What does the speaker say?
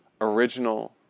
original